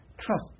Trust